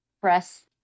press